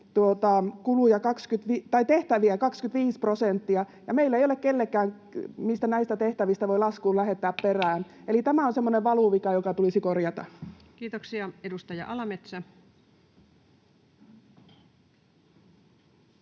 tehtäviä 25 prosenttia, ja meillä ei ole ketään, kenelle näistä tehtävistä voi laskun lähettää perään. Eli tämä on semmoinen valuvika, joka tulisi korjata. Kiitoksia. — Edustaja Alametsä.